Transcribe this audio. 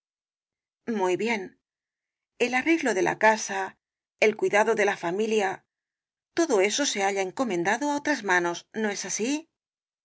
muy bien el arreglo de la casa el cuidado de la familia todo eso se halla encomendado á otras manos no es así